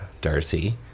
Darcy